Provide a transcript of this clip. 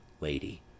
Lady